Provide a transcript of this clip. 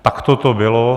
Takto to bylo.